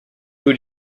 who